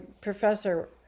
professor